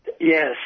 Yes